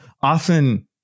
Often